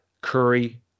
Curry